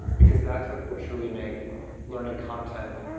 because that's what will truly make learning content